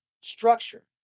structure